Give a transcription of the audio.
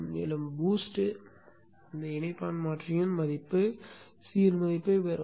மேலும் BOOST இணைப்பான் மாற்றியின் மதிப்பு C இன் மதிப்பைப் பெறும்